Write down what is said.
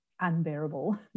unbearable